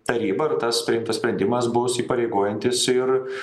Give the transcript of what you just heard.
taryba ir tas priimtas sprendimas bus įpareigojantis ir